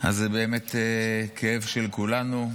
אז זה באמת כאב של כולנו.